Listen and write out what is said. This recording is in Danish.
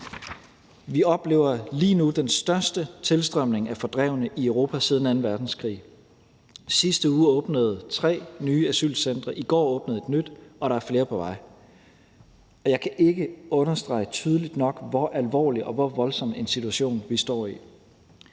Vi oplever lige nu den største tilstrømning af fordrevne i Europa siden anden verdenskrig. Sidste uge åbnede tre nye asylcentre, og i går åbnede endnu et, og der er flere på vej. Så jeg kan ikke understrege tydeligt nok, hvor alvorlig og hvor voldsom en situation vi står i.